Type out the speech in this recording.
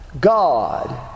God